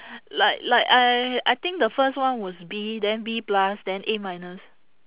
like like I I think the first one was B then B plus then A minus